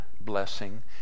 blessing